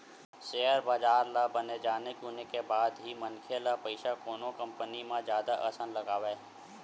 share बजार ल बने जाने गुने के बाद ही मनखे ल पइसा कोनो कंपनी म जादा असन लगवाय